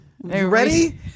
ready